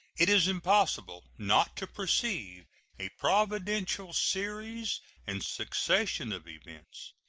it is impossible not to perceive a providential series and succession of events,